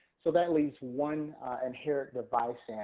so that leaves one inherent device.